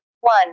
One